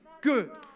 good